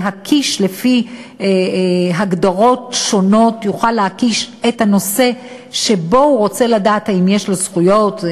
להקיש לפי הגדרות שונות את הנושא שבו הוא רוצה לדעת אם יש לו זכויות,